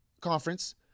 conference